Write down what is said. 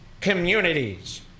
communities